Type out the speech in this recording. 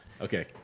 Okay